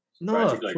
No